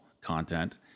content